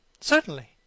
Certainly